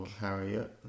Harriet